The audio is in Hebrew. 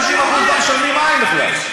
50% לא משלמים על מים בכלל.